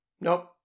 nope